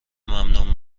ممنون